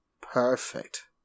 Perfect